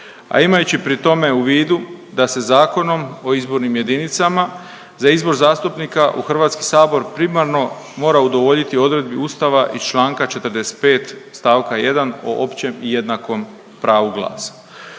a imajući pri tome u vidu da se Zakonom o izbornim jedinicama za izbor zastupnika u HS primarno mora udovoljiti odredbi Ustava iz čl. 45. st. 1. o općem i jednakom pravu glasa.